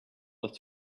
its